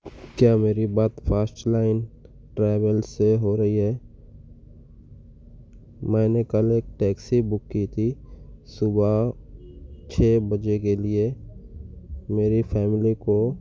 کیا میری بات فاسـٹ لائن ٹریولس سے ہو رہی ہے میں نے کل ایک ٹیکسی بک کی تھی صبح چھ بجے کے لیے میری فیمیلی کو